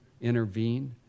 intervene